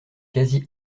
quasi